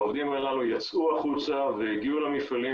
העובדים הללו יצאו החוצה והגיעו למפעלים